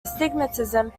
astigmatism